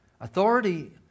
authority